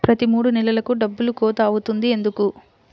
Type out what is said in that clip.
ప్రతి మూడు నెలలకు డబ్బులు కోత అవుతుంది ఎందుకు?